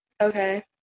okay